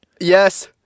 Yes